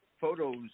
photos